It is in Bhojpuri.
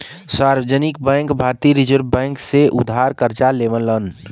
सार्वजनिक बैंक भारतीय रिज़र्व बैंक से उधार करजा लेवलन